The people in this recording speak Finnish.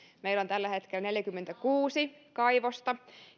on tällä hetkellä neljäkymmentäkuusi kaivosta